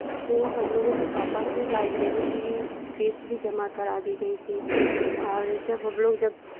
तो हम लोगों के पापा से लाइब्रेरी की फ़ीस भी जमा करा दी गई थी और जब हम लोग जब